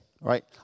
right